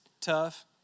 tough